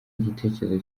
igitekerezo